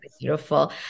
beautiful